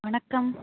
வணக்கம்